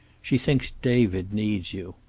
she thinks david needs you.